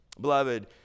beloved